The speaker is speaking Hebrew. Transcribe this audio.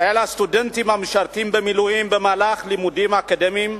על הסטודנטים המשרתים במילואים במהלך לימודים אקדמיים